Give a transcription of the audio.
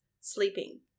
sleeping